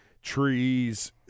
trees